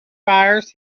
fires